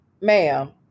ma'am